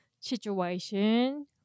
situation